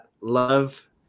Love